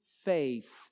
faith